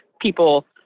people